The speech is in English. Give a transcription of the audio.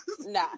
Nah